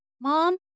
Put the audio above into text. Mom